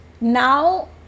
now